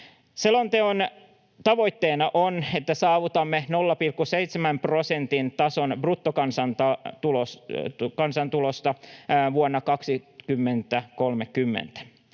Selonteon tavoitteena on, että saavutamme 0,7 prosentin tason bruttokansantulosta vuonna 2030.